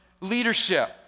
leadership